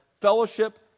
fellowship